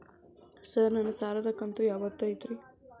Sir ನನ್ನ ಸಾಲದ ಕಂತು ಯಾವತ್ತೂ ಐತ್ರಿ?